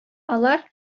алар